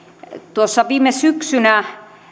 viime syksynä